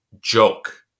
joke